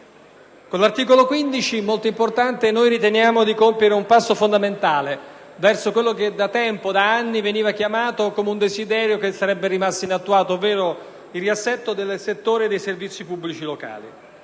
Con l'articolo 15 riteniamo di compiere un passo fondamentale verso quello che, da ani, veniva visto come un desiderio che sarebbe rimasto inattuato, ovvero il riassetto del settore dei servizi pubblici locali.